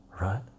right